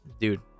Dude